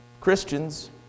Christians